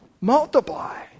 Multiply